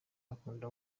akunda